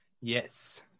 yes